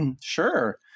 Sure